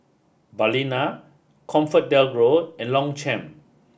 Balina ComfortDelGro and Longchamp